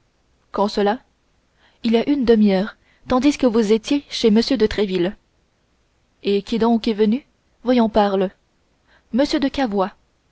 quand cela il y a une demi-heure tandis que vous étiez chez m de tréville et qui donc est venu voyons parle m de cavois